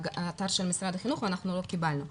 באתר של משרד החינוך ואנחנו לא קיבלנו אותו.